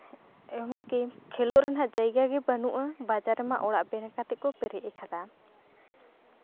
ᱮᱢᱚᱱᱠᱤ ᱠᱷᱮᱞᱳᱜ ᱨᱮᱭᱟᱜ ᱡᱟᱭᱜᱟ ᱜᱮ ᱵᱟᱹᱱᱩᱜᱼᱟ ᱵᱟᱡᱟᱨ ᱨᱮᱢᱟ ᱚᱲᱟᱜ ᱛᱮᱜᱮ ᱠᱚ ᱯᱮᱨᱮᱡ ᱟᱠᱟᱫᱟ